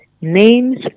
Names